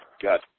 got